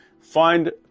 find